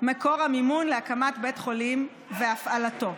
מקור המימון להקמת בית חולים והפעלתו.